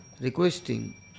requesting